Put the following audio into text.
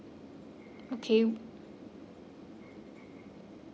okay